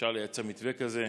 אפשר לייצר מתווה כזה,